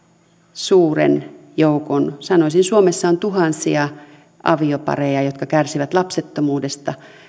suuren joukon sanoisin suomessa on tuhansia aviopareja jotka kärsivät lapsettomuudesta